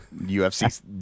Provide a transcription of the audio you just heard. UFC